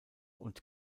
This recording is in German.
und